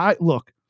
Look